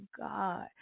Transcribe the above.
God